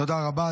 תודה רבה.